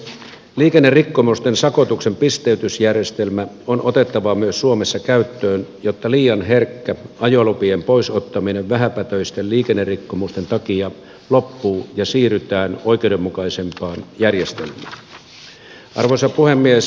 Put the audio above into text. liikennerikkomusten sakotuksen pisteytysjärjestelmä on otettava myös suomessa käyttöön jotta liian herkkä ajolupien pois ottaminen vähäpätöisten liikennerikkomusten takia loppuu ja siirrytään oikeudenmukaisempaan järjestelmään arvoisa puhemies